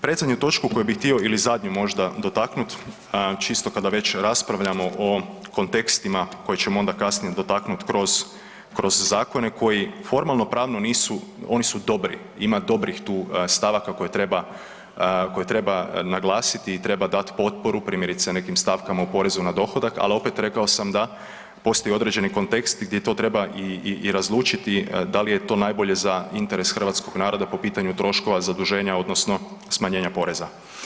Predzadnju točku koju bih htio, ili zadnju možda, dotaknuti, čisto kada već raspravljamo o kontekstima koje ćemo onda kasnije dotaknuti kroz zakone koji formalnopravno nisu, oni su dobri, ima dobrih tu stavaka koje treba naglasiti i treba dati potporu primjerice nekim stavkama o porezu na dohodak, ali opet rekao sam da postoji određeni kontekst gdje to treba i razlučiti da li je to najbolje za interes hrvatskog naroda po pitanju troškova zaduženja odnosno smanjena poreza.